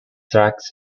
tracks